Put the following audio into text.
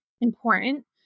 important